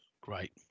Great